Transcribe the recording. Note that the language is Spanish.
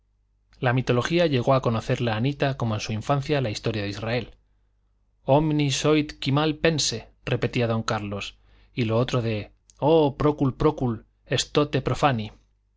la mitología llegó a conocerla anita como en su infancia la historia de israel honni soit qui mal y pense repetía don carlos y lo otro de oh procul procul estote prophani y no